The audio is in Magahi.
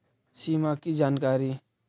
सिमा कि जानकारी?